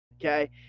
okay